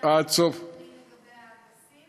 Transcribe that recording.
עד סוף, האם ניתן להוציא נתונים לגבי האגסים?